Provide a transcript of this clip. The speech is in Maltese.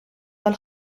tal